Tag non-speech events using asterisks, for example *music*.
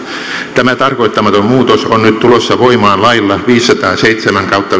tämä tarkoittamaton muutos on nyt tulossa voimaan lailla viisisataaseitsemän kautta *unintelligible*